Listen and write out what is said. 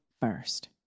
first